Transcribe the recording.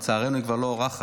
לצערנו היא כבר לא אורחת,